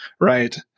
right